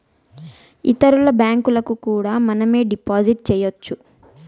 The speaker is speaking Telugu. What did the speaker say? ఇతరుల బ్యాంకులకు కూడా మనమే డిపాజిట్ చేయొచ్చు